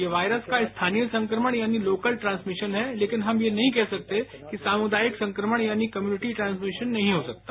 ये वायरस का स्थानीय संकमण यानी लोकल ट्रांसमीशन है लेकिन हम यह नहीं कह सकते कि सामुदायिक संक्रमण यानी कॉम्युनिटी ट्रांसमीशन नहीं हो सकता